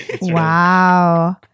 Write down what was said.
wow